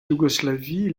yougoslavie